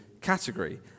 category